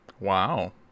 Wow